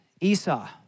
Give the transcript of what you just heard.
Esau